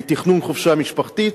לתכנון חופשה משפחתית,